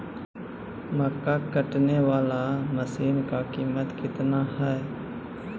मक्का कटने बाला मसीन का कीमत कितना है?